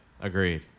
agreed